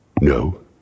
No